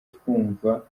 twumva